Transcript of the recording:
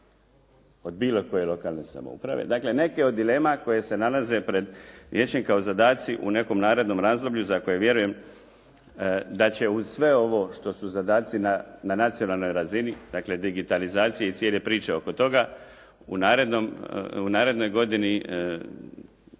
od bilo koje lokalne samouprave. Dakle, neke od dilema koje se nalaze pred vijećem kao zadaci u nekom narednom razdoblju za koje vjerujem da će uz sve ovo što su zadaci na nacionalnoj razini, dakle digitalizacije i cijele priče oko toga u narednoj godini